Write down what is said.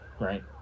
right